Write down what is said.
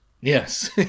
Yes